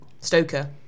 *Stoker*